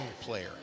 player